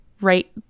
right